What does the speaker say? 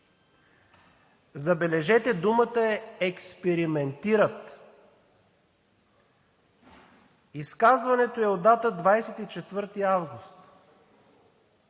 Забележете – думата е „експериментират“! Изказването е от 24 август